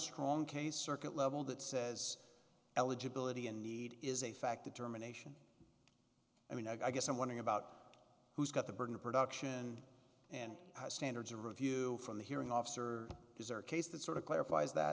strong case circuit level that says eligibility and need is a fact the germination i mean i guess i'm wondering about who's got the burden of production and standards a review from the hearing officer is there a case that sort of clarifies that